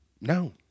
No